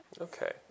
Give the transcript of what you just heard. Okay